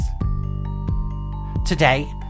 today